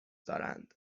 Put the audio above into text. دارند